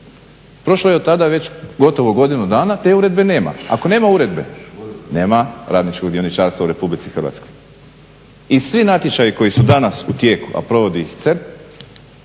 Prošlo je od tada već gotovo godinu dana, te uredbe nema. Ako nema uredbe, nema radničkog dioničarstva u Republici Hrvatskoj. I svi natječaji koji su danas u tijeku a provodi ih